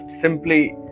simply